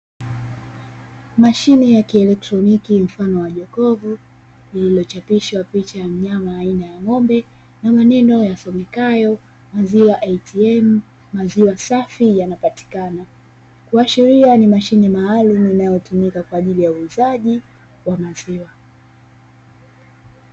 Mashine ya kielekroniki mfano wa jokofu lililochapishwa picha ya mnyama aina ya ng'ombe na maneno yasomekayo, "maziwa ATM, maziwa safi yanapatikana." Kuashiria ni mashine maalumu inayotumika kwa ajili ya uuzaji wa maziwa.